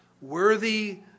worthy